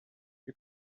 you